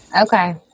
Okay